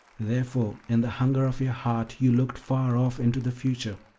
therefore in the hunger of your heart you looked far off into the future,